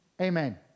Amen